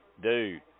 Dude